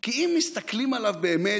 כי אם מסתכלים עליו באמת,